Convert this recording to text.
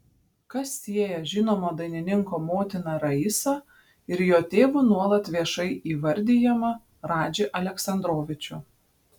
kas sieja žinomo dainininko motiną raisą ir jo tėvu nuolat viešai įvardijamą radžį aleksandrovičių